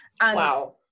wow